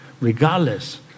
regardless